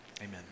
Amen